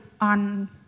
on